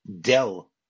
Dell